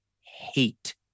hate